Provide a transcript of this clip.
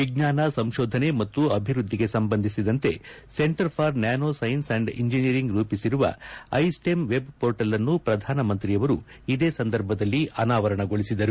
ವಿಜ್ಞಾನ ಸಂಶೋಧನೆ ಮತ್ತು ಅಭಿವೃದ್ದಿಗೆ ಸಂಬಂಧಿಸಿದಂತೆ centre for nano science and engineering ರೂಪಿಸಿರುವ ಐ ಸ್ವೆಮ್ ವೆಬ್ ಪೋರ್ಟಲ್ಅನ್ನು ಪ್ರಧಾನಮಂತ್ರಿಯವರು ಇದೇ ಸಂದರ್ಭದಲ್ಲಿ ಅನಾವರಣಗೊಳಿಸಿದರು